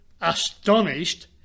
astonished